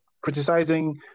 criticizing